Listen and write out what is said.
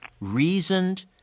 reasoned